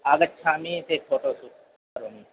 आगच्छामि चेत् करोमि